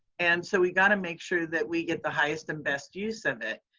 and so we got to make sure that we get the highest and best use of it.